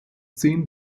zehn